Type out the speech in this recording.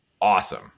awesome